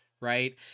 right